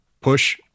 push